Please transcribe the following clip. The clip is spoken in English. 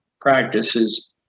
practices